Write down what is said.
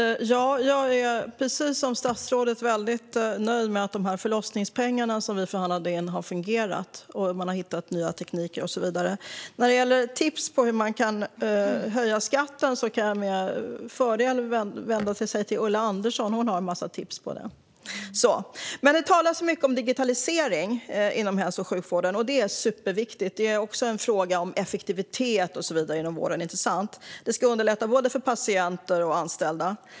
Fru talman! Jag är precis som statsrådet väldigt nöjd med att de förlossningspengar som vi förhandlade in har fungerat, att man har hittat nya tekniker och så vidare. När det gäller tips på hur man kan höja skatten kan man med fördel vända sig till Ulla Andersson. Hon har en massa tips på det. Det talas mycket om digitalisering inom hälso och sjukvården. Det är superviktigt. Det är också en fråga om effektivitet inom vården, inte sant? Det ska underlätta både för patienter och för anställda.